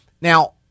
Now